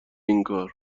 اینکارا